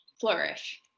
flourish